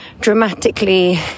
dramatically